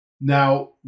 Now